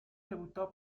debutó